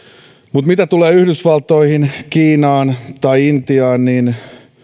mitä tulee yhdysvaltoihin kiinaan tai intiaan